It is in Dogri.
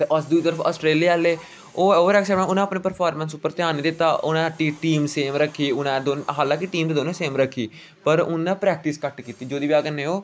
ते अस दूई तरफ आस्ट्रेलिया आहले ओह् ओवर एक्ससाइटमेंट उनें अपनी प्रफारमेंस उप्पर ध्यान नेईं दित्ता उ'नें टीम सेम रक्खी उ'नें हालांके टीम दौनें सेम रक्खी पर उ'नें प्रैकिटस घट्ट कीती जेह्दी बजह कन्नै ओह्